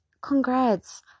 congrats